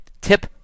tip